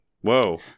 Whoa